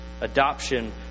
adoption